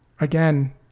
Again